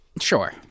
Sure